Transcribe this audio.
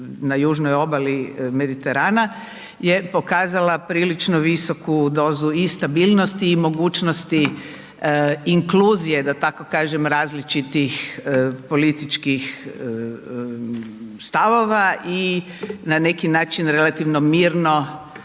na južnoj obali Mediterana je pokazala prilično visoku dozu i stabilnosti i mogućnosti inkluzije, da tako kažem, različitih političkih stavova i na neki način relativno mirno